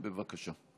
בבקשה.